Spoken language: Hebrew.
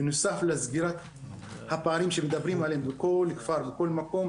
בנוסף לסגירת הפערים שמדברים עליהם בכל כפר ובכל מקום,